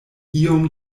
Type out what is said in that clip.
iom